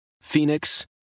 Phoenix